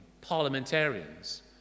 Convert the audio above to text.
parliamentarians